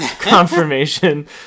confirmation